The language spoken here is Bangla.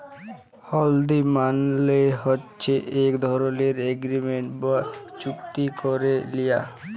হুল্ডি মালে হছে ইক ধরলের এগ্রিমেল্ট বা চুক্তি ক্যারে লিয়া